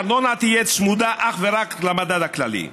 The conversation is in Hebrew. שהארנונה תהיה צמודה אך ורק למדד הכללי.